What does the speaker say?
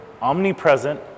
omnipresent